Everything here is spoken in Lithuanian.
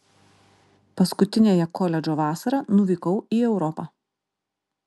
paskutiniąją koledžo vasarą nuvykau į europą